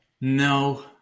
No